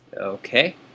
Okay